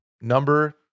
number